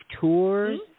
tours